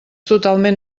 totalment